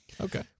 Okay